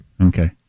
Okay